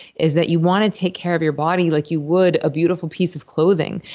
is that you want to take care of your body like you would a beautiful piece of clothing.